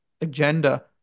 agenda